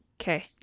Okay